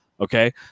Okay